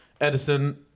Edison